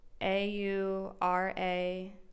A-U-R-A